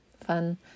fun